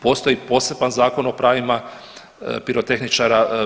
Postoji poseban zakon o pravima pirotehničara.